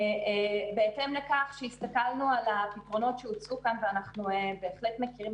בהתאם לכך כשהסתכלנו על הפתרונות שהוצעו כאן וכפי שאמרנו,